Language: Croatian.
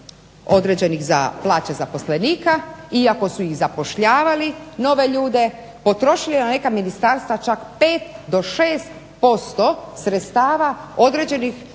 određenih za plaće zaposlenika iako su zapošljavali nove ljude potrošili na neka ministarstva čak 5 do 6% sredstava određenih